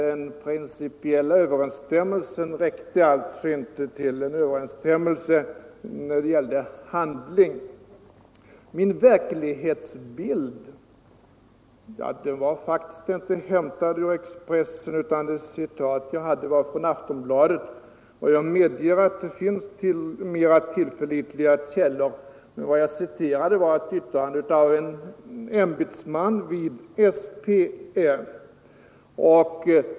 — Den principiella överensstämmelsen räckte alltså inte till en överensstämmelse när det gällde handling. Min verklighetsbild var faktiskt inte hämtad ur Expressen utan det citat jag gjorde var hämtat från Aftonbladet. Jag medger att det finns mer tillförlitliga källor, men det jag citerade var ett yttrande av en ämbetsman vid SPN.